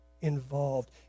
involved